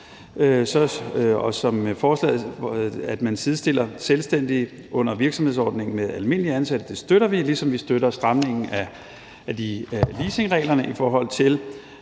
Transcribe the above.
stillet op, og at man sidestiller selvstændige under virksomhedsordningen med almindelige ansatte, støtter vi, ligesom vi støtter stramningen af leasingreglerne i forhold til